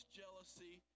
jealousy